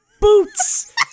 boots